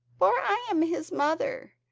for i am his mother.